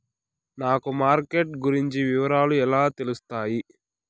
నాకు మార్కెట్ గురించి వివరాలు ఎలా తెలుస్తాయి?